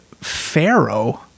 Pharaoh